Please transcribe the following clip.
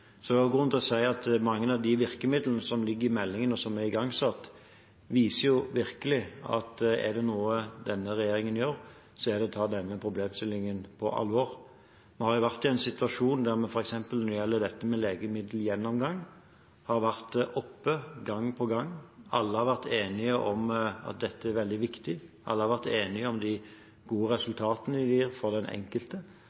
Det er grunn til å si at mange av de virkemidlene som ligger i meldingen, og som er igangsatt, virkelig viser at er det noe denne regjeringen gjør, er det å ta denne problemstillingen på alvor. Vi har jo vært i en situasjon der vi har vært enige, f.eks. når det gjelder dette med legemiddelgjennomgang – som har vært oppe gang på gang, alle har vært enige om at dette er veldig viktig, alle har vært enige om de gode